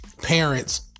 parents